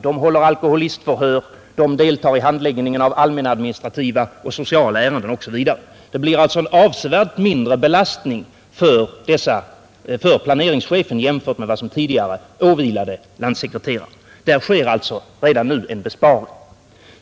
De håller alkoholistförhör, de deltar i handläggningen av allmänadministrativa och sociala ärenden osv. Det blir alltså en avsevärt mindre belastning för planeringschefen i jämförelse med den som tidigare åvilade landssekreteraren. Där sker alltså en besparing.